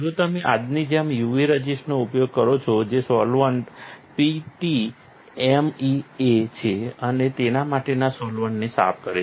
જો તમે આજની જેમ UV રઝિસ્ટનો ઉપયોગ કરો છો જે સોલ્વન્ટ PTMEA છે અને તેના પોતાના સોલ્વન્ટને સાફ કરે છે